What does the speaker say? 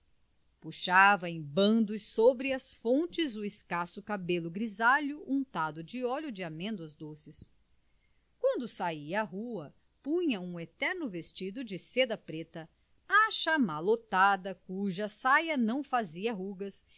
puxava em bandos sobre as fontes o escasso cabelo grisalho untado de óleo de amêndoas doces quando saia à rua punha um eterno vestido de seda preta achamalotada cuja saia não fazia rugas